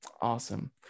Awesome